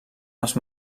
els